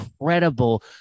incredible